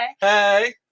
hey